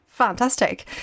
Fantastic